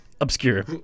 Obscure